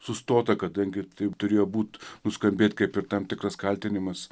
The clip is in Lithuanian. sustota kadangi ir taip turėjo būt nuskambėt kaip ir tam tikras kaltinimas